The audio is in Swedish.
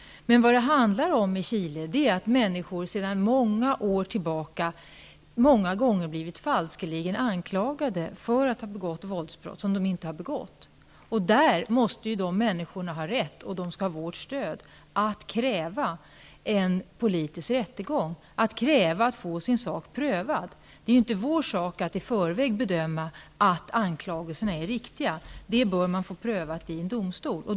Vad det handlar om i Chile är att människor sedan flera år tillbaka många gånger blivit falskeligen anklagade för att ha begått våldsbrott som de inte har begått. De människorna måste ha rätt att kräva en politisk rättegång och få sin sak prövad, och de skall ha vårt stöd. Det är inte vår sak att i förväg göra bedömningen att anklagelserna är riktiga. Det bör prövas vid en domstol.